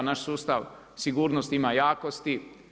Naš sustav sigurnosti ima jakosti.